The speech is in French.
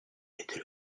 était